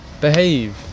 behave